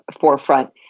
forefront